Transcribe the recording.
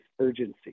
urgency